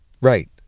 Right